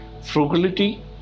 frugality